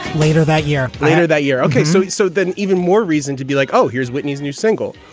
later that year, later that year. ok, so so then even more reason to be like, oh, here's whitney's new single.